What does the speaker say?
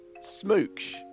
Smooch